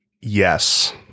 Yes